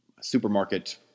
supermarket